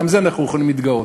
גם בזה אנחנו יכולים להתגאות.